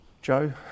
Joe